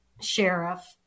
sheriff